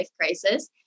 crisis